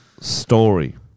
story